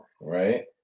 right